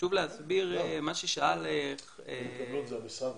חשוב להסביר מה ששאל חבר הכנסת